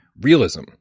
realism